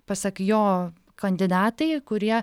pasak jo kandidatai kurie